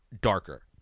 darker